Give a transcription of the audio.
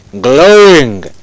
Glowing